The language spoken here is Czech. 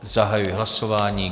Zahajuji hlasování.